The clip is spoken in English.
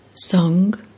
Song